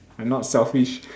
I'm not selfish